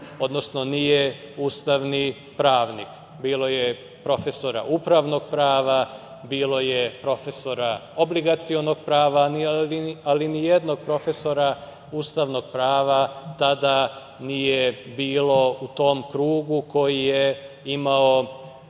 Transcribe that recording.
od njih nije ustavni pravnik. Bilo je profesora upravnog prava, bilo je profesora obligacionog prava, ali nijednog profesora ustavnog prava tada nije bilo u tom krugu koji je imao